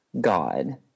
God